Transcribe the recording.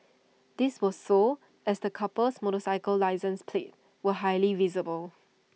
this was so as the couple's motorcycle license plates were highly visible